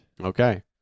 Okay